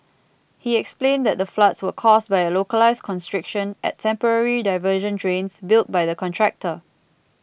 he explained that the floods were caused by a localised constriction at temporary diversion drains built by the contractor